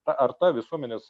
ta ar ta visuomenės